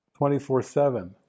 24-7